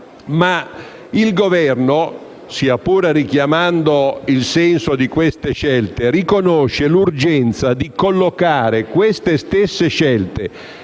Ma il Governo, sia pur richiamando il senso di tali scelte, riconosce l'urgenza di collocare queste stesse scelte